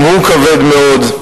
גם הוא כבר מאוד.